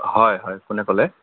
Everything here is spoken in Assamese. হয় হয় কোনে ক'লে